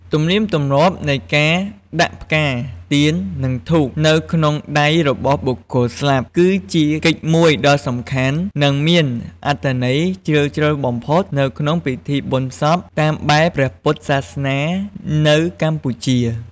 ទំនៀមទម្លាប់នៃការដាក់ ផ្កា ទៀន និងធូប នៅក្នុងដៃរបស់បុគ្គលស្លាប់ គឺជាកិច្ចមួយដ៏សំខាន់ និងមានអត្ថន័យជ្រាលជ្រៅបំផុតនៅក្នុងពិធីបុណ្យសពតាមបែបព្រះពុទ្ធសាសនានៅកម្ពុជា។